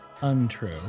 untrue